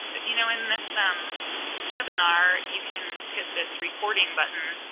you know in this um webinar you can hit this recording button,